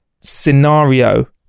scenario